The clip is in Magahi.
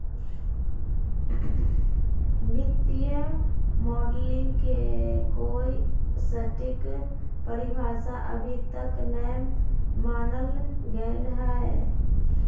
वित्तीय मॉडलिंग के कोई सटीक परिभाषा अभी तक नय मानल गेले हें